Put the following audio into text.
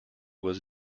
was